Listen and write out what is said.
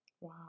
Wow